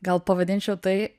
gal pavadinčiau tai